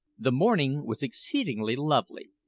the morning was exceedingly lovely.